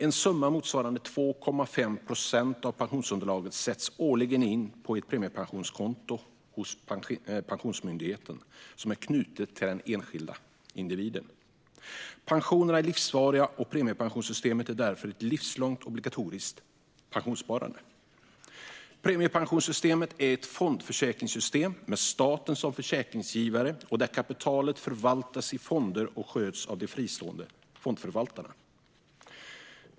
En summa motsvarande 2,5 procent av pensionsunderlaget sätts årligen in på ett premiepensionskonto hos Pensionsmyndigheten som är knutet till den enskilda individen. Pensionerna är livsvariga, och premiepensionssystemet är därför ett livslångt obligatoriskt pensionssparande. Premiepensionssystemet är ett fondförsäkringssystem med staten som försäkringsgivare. Kapitalet förvaltas i fonder och sköts av fristående fondförvaltare.